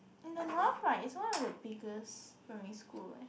in the North right it's one of the biggest primary school